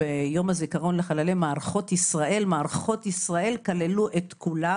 ביום הזיכרון לחללי מערכות ישראל מערכות ישראל כללו את כולם